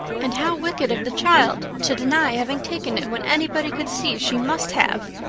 and how wicked of the child to deny having taken it, when anybody could see she must have!